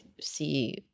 see